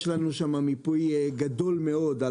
יש לנו שם מיפוי גדול מאוד,